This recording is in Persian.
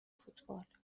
فوتبال